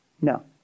No